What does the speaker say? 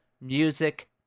music